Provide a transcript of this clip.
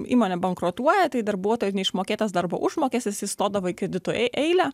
įmonė bankrutuoja tai darbuotojui neišmokėtas darbo užmokestis įstodavo į kredito e eilę